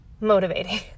motivating